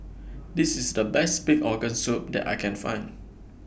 This IS The Best Pig Organ Soup that I Can Find